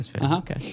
Okay